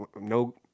No